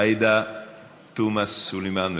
עאידה תומא סלימאן,